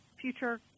future